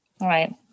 Right